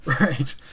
Right